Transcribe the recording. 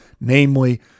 Namely